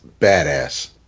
badass